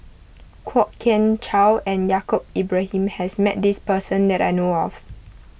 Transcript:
Kwok Kian Chow and Yaacob Ibrahim has met this person that I know of